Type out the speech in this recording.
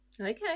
okay